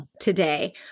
today